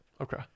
Okay